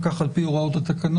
כך על פי הוראות התקנון.